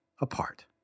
apart